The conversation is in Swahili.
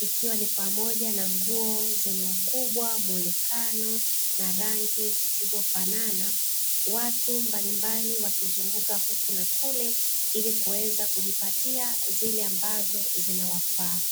ikiwa ni pamoja na nguo zenye ukubwa, muonekano na rangi zisizofanana. Watu mbalimbali wakizunguka huku na kule ili kuweza kujipatia zile ambazo zinawafaa.